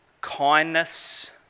kindness